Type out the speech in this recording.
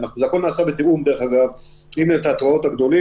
והכול נעשה בתיאום עם התיאטראות הגדולים